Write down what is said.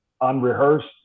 unrehearsed